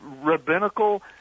rabbinical